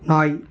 நாய்